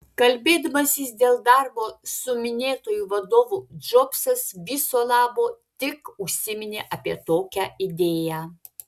kalbėdamasis dėl darbo su minėtuoju vadovu džobsas viso labo tik užsiminė apie tokią idėją